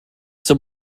zum